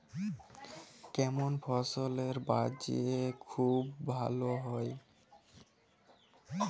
কেমন ফসলের বাজার খুব ভালো হয়?